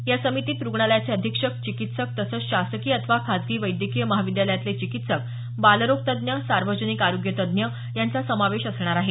या समितीत रुग्णालयाचे अधीक्षक चिकित्सक तसंच शासकीय अथवा खासगी वैद्यकीय महाविद्यालयातील चिकित्सक बालरोग तज्ज्ञ सार्वजनिक आरोग्य तज्ज्ञ यांचा समावेश असणार आहे